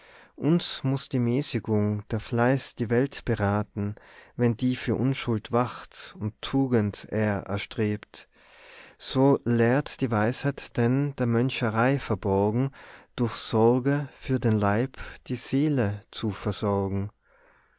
uns muß die mäßigung der fleiß die welt beraten wenn die für unschuld wacht und tugend er erstrebt so lehrt die weisheit denn der möncherei verborgen durch sorge für den leib die seele zu versorgen